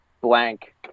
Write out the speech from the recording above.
blank